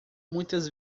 muitas